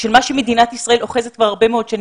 של מה שמדינת ישראל אוחזת כבר הרבה מאוד שנים.